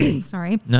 sorry